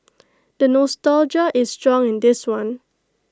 the nostalgia is strong in this one